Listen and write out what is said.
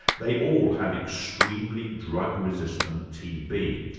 they all have extremely drug-resistant t. b.